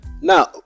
now